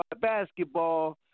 basketball